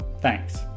Thanks